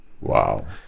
Wow